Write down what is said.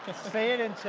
say it in